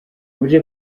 muri